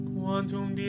Quantum